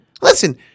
Listen